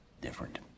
different